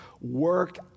work